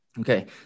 Okay